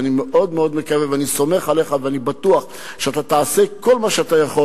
ואני סומך עליך ובטוח שתעשה כל מה שאתה יכול